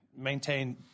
Maintain